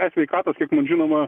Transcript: esveikatos kiek man žinoma